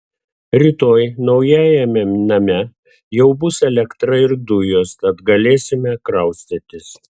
rytoj naujajame name jau bus elektra ir dujos tad galėsime kraustytis